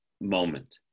moment